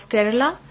Kerala